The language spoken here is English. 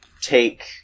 take